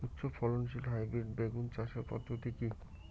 উচ্চ ফলনশীল হাইব্রিড বেগুন চাষের পদ্ধতি কী?